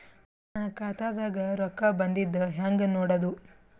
ನನ್ನ ಖಾತಾದಾಗ ರೊಕ್ಕ ಬಂದಿದ್ದ ಹೆಂಗ್ ನೋಡದು?